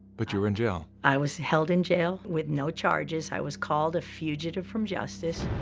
but you were in jail. i was held in jail with no charges. i was called a fugitive from justice.